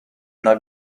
una